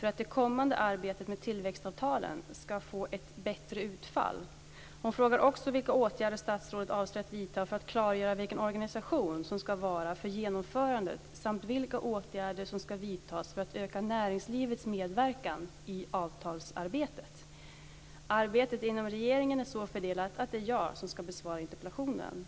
för att det kommande arbetet med tillväxtavtalen ska få ett bättre utfall. Hon frågar också vilka åtgärder statsrådet avser att vidta för att klargöra vilken organisation som ska svara för genomförandet samt vilka åtgärder som ska vidtas för att öka näringslivets medverkan i avtalsarbetet. Arbetet inom regeringen är så fördelat att det är jag som ska besvara interpellationen.